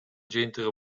жыйынтыгы